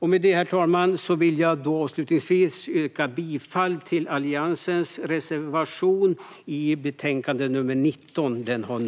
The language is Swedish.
Herr talman! Med det vill jag avslutningsvis yrka bifall till Alliansens reservation nr 6 i betänkande 19.